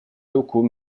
locaux